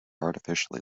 artificially